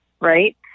right